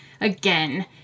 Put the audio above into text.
again